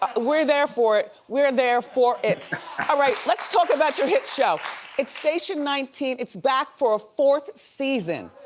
ah we're there for it. we're there for it. all right, let's talk about your hit show. it's station nineteen, it's back for a fourth season.